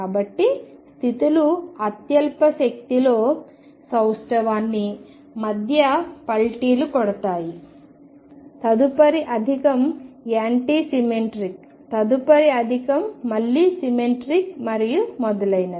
కాబట్టి స్థితులు అత్యల్ప శక్తిలో సౌష్టవానికి మధ్య పల్టీలు కొడతాయి తదుపరి అధికం యాంటీ సిమెట్రిక్ తదుపరి అధికం మళ్లీ సిమెట్రిక్ మరియు మొదలైనవి